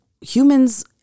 Humans